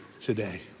today